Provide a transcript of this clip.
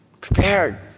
Prepared